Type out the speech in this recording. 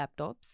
laptops